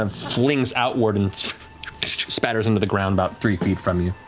um flings outward and spatters into the ground, about three feet from you.